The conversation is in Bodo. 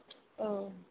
औ